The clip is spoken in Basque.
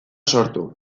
sortu